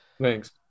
Thanks